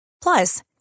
Plus